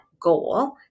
goal